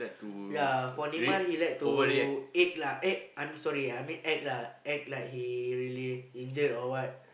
ya for Neymar he like to egg lah egg I'm sorry I mean act lah act like he really injured or what